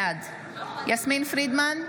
בעד יסמין פרידמן,